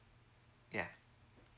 yeah